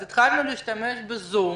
אז התחלנו להשתמש בזום.